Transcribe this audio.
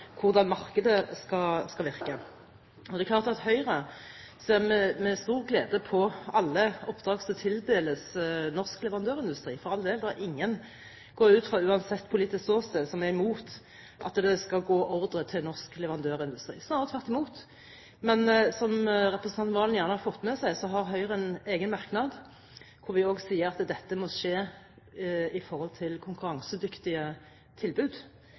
hvordan markedet skal virke. Det er klart at Høyre ser med stor glede på alle oppdrag som tildeles norsk leverandørindustri. For all del, det er ingen, går jeg ut fra – uansett politisk ståsted – som er imot at det går ordrer til norsk leverandørindustri, snarere tvert imot. Men Høyre har, som representanten Serigstad Valen sikkert har fått med seg, en egen merknad hvor vi sier at dette må skje gjennom «konkurransedyktige tilbud» i